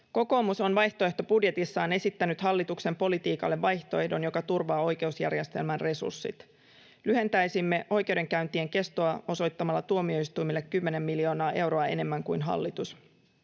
Kokoomus on vaihtoehtobudjetissaan esittänyt hallituksen politiikalle vaihtoehdon, joka turvaa oikeusjärjestelmän resurssit. Lyhentäisimme oikeudenkäyntien kestoa osoittamalla tuomioistuimille kymmenen miljoonaa euroa enemmän kuin hallitus.